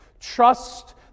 Trust